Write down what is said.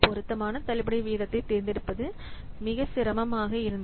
பொருத்தமான தள்ளுபடி வீதத்தைத் தேர்ந்தெடுப்பது முக்கிய சிரமமாக இருந்தது